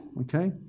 Okay